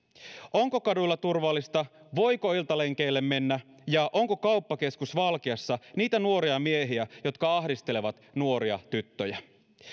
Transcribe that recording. onko kaduilla turvallista voiko iltalenkeille mennä ja onko kauppakeskus valkeassa niitä nuoria miehiä jotka ahdistelevat nuoria tyttöjä